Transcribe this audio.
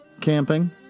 camping